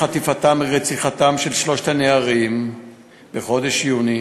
החל מחטיפתם ורציחתם של שלושת הנערים בחודש יוני